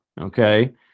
okay